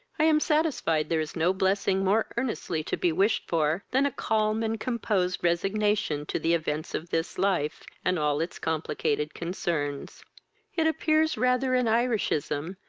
i am satisfied there is no blessing more earnestly to be wished for than a calm and composed resignation to the events of this life, and all its complicated concerns it appears rather an irishism,